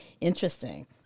interesting